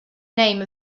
name